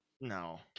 no